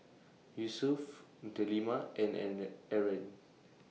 Yusuf Delima and and Aaron